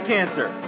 Cancer